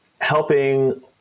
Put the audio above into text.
helping